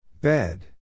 Bed